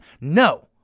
No